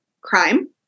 crime